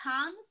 Toms